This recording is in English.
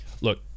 look